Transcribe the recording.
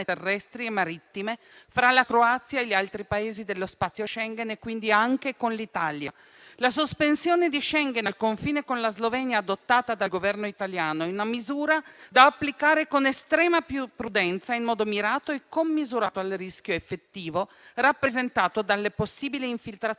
terrestri e marittime fra la Croazia e gli altri Paesi dello spazio Schengen e quindi anche con l'Italia. La sospensione di Schengen al confine con la Slovenia, adottata dal Governo italiano, è una misura da applicare con estrema prudenza, in modo mirato e commisurato al rischio effettivo rappresentato dalle possibili infiltrazioni